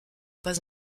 pas